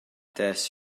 des